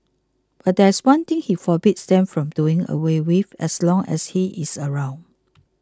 but there is one thing he forbids them from doing away with as long as he is around